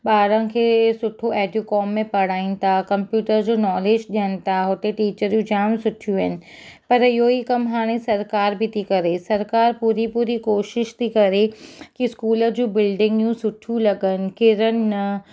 ॿारनि खे सुठे एडयूकॉम में पढ़ायूं था कम्पयूटर जो नॉलेज ॾियनि था हुते टीचरुं जामु सुठियूं आहिनि पर इहो ई कमु हाणे सरकारि बि थी करे सरकारि पूरी पूरी कोशिशि थी करे की स्कूल जूं बिल्डिंगूं सुठियूं लॻनि किरनि न